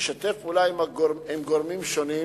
ישתף פעולה עם גורמים שונים